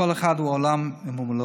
כל אחד הוא עולם ומלואו.